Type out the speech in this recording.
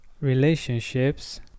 relationships